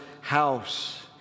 house